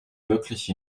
wirklich